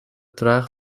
traag